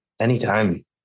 anytime